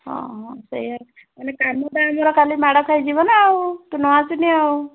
ହଁ ହଁ ସେଇଆ କାମଟା ଆମର କାଲି ମାଡ଼ ଖାଇଯିବ ନା ଆଉ ତୁ ନ ଆସିଲେ ଆଉ